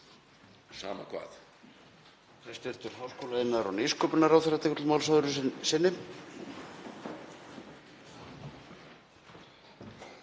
sama hvað